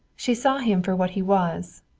she saw him for what he was,